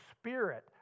spirit